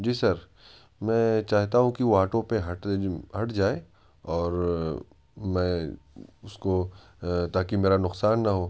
جی sir میں چاہتا ہوں کہ وہ آٹو پے ہٹ جائے اور میں اس کو تاکہ میرا نقصان نہ ہو